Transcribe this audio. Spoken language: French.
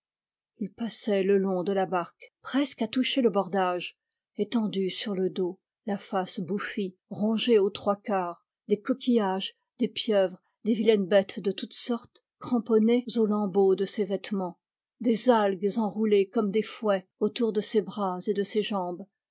il passait le long de la barque presque à toucher le bordage étendu sur le dos la face bouffie rongée aux trois quarts des coquillages des pieuvres des vilaines bêtes de toutes sortes cramponnées aux lambeaux de ses vêtements des algues enroulées comme des fouets autour de ses bras et de ses jambes